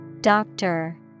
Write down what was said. Doctor